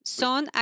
son